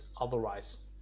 otherwise